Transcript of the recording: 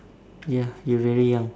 ya you very young